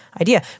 idea